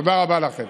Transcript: תודה רבה לכם.